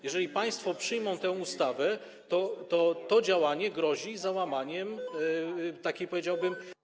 Jeżeli państwo przyjmą tę ustawę, to działanie to grozi załamaniem takiej powiedziałbym.